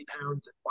pounds